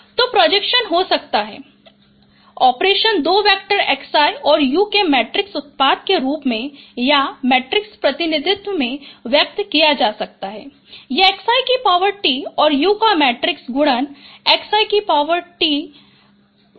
तो projection हो सकता है ऑपरेशन दो वेक्टर xi और u के मैट्रिक्स उत्पाद के रूप में या मैट्रिक्स प्रतिनिधित्व में व्यक्त किया जा सकता है यह xiT और u का मैट्रिक्स गुणन xiTu है